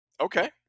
Okay